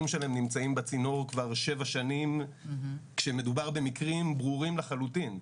שלהם נמצאים בצינור כבר שבע שנים כשמדובר במקרים ברורים לחלוטין?